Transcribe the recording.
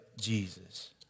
jesus